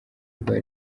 rwa